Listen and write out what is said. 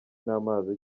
n’amazi